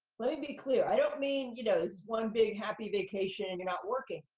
let me be clear. i don't mean, you know, one big, happy vacation, you're not working.